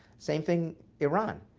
same thing iran.